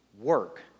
work